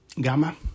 Gamma